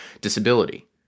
disability